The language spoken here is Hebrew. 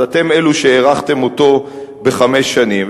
אז אתם אלו שהארכתם אותו בחמש שנים.